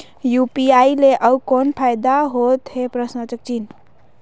UPI ले अउ कौन फायदा होथ है?